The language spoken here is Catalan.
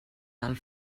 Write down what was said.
del